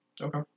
Okay